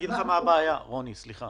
וחלק אחר